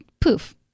poof